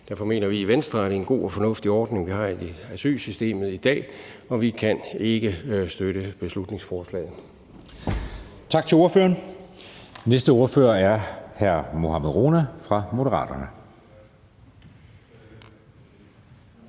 Derfor mener vi i Venstre, at det er en god og fornuftig ordning, vi har i asylsystemet i dag, og vi kan ikke støtte beslutningsforslaget. Kl. 16:24 Anden næstformand (Jeppe Søe): Tak til ordføreren.